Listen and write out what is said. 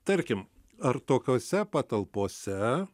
tarkim ar tokiose patalpose